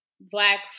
black